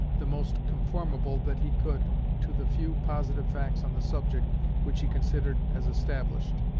the most conformable that he could to the few positive facts on the subject which he considered as established,